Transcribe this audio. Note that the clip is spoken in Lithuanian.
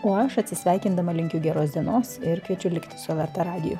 o aš atsisveikindama linkiu geros dienos ir kviečiu likti su lrt radiju